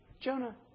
Jonah